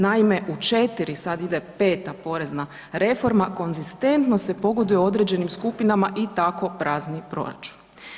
Naime, u 4, sad ide 5. porezna reforma, konzistentno se pogoduje određenim skupinama i tako prazni proračun.